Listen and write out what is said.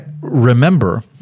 remember